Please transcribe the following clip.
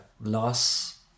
loss